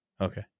Okay